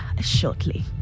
shortly